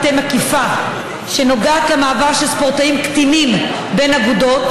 אז ראש ממשלת הרפובליקה הצרפתית אודיו בארו בינואר